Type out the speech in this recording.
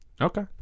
Okay